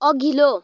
अघिल्लो